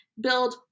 build